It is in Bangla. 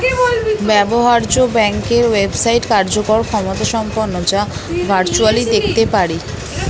ব্যবহার্য ব্যাংকের ওয়েবসাইট কার্যকর ক্ষমতাসম্পন্ন যা ভার্চুয়ালি দেখতে পারি